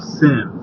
sin